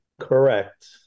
correct